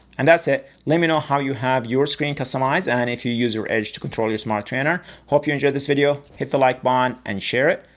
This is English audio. and that's it, let me know how you have your screen customized and if you use your edge to control your smart trainer. hope you enjoyed this video, hit the like button and share it.